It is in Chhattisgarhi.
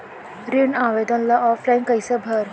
ऋण आवेदन ल ऑफलाइन कइसे भरबो?